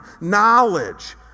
knowledge